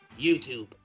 YouTube